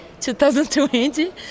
2020